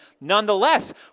nonetheless